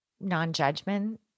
non-judgment